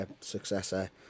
successor